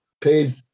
paid